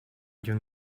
during